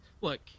look